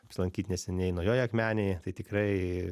apsilankyt neseniai naujoj akmenėj tai tikrai